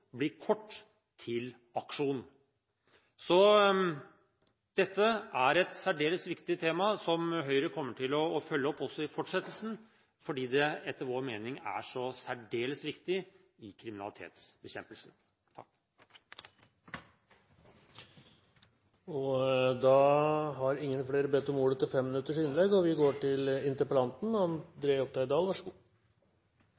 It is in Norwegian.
til aksjon. Dette er et særdeles viktig tema som Høyre kommer til å følge opp også i fortsettelsen, fordi det etter vår mening er så særdeles viktig i kriminalitetsbekjempelsen.